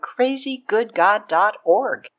crazygoodgod.org